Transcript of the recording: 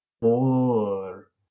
more